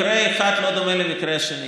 מקרה אחד לא דומה למקרה שני,